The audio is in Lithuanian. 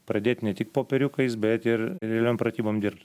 pradėt ne tik popieriukais bet ir realiom pratybom dirbt